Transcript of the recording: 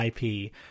IP